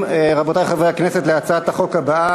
קארין לא הספיקה להצביע.